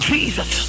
Jesus